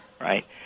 right